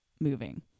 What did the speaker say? moving